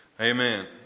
Amen